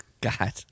God